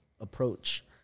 approach